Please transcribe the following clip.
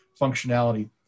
functionality